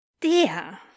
Dear